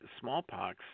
smallpox